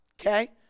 Okay